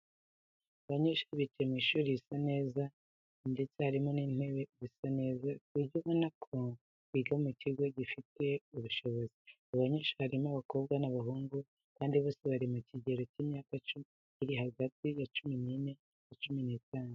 Abanyeshuri bicaye mu ishuri risa neza ndetse harimo n'intebe zisa neza ku buryo ubona ko biga mu kigo gifite ubushobozi. Abo banyeshuri harimo abakobwa n'abahungu kandi bose bari mu kigero cy'imyaka iri hagati ya cumi n'ine na cumi n'itanu.